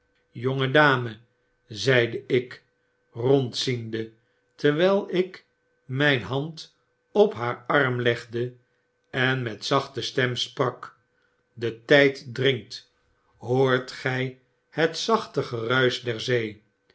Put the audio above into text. dame zei ik rond ziende terwyl ik mp hand op haar arm legde en met zachte stem sprak detyddringt hoortgy het zachte geruisch dezer zee